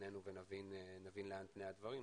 בינינו ונבין לאן פני הדברים,